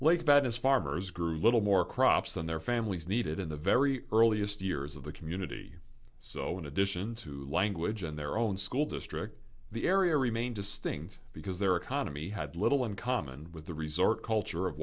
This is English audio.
his farmers grew little more crops and their families needed in the very earliest years of the community so in addition to language and their own school district the area remain distinct because their economy had little in common with the resort culture of